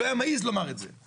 הוא לא היה מעז לומר את זה.